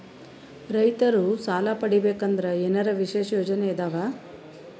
ರೈತರು ಸಾಲ ಪಡಿಬೇಕಂದರ ಏನರ ವಿಶೇಷ ಯೋಜನೆ ಇದಾವ?